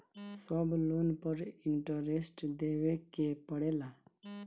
सब लोन पर इन्टरेस्ट देवे के पड़ेला?